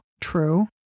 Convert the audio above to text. True